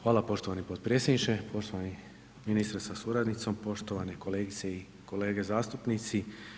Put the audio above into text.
Hvala poštovani predsjedniče, poštovani ministre sa suradnicom, poštovane kolegice i kolege zastupnici.